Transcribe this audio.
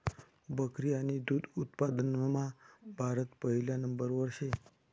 बकरी आणि दुध उत्पादनमा भारत पहिला नंबरवर शे